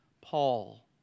Paul